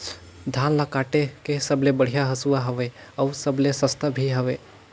धान ल काटे के सबले बढ़िया हंसुवा हवये? अउ सबले सस्ता भी हवे?